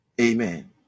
amen